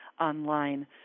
online